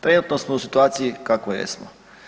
Trenutno smo u situaciji u kakvoj jesmo.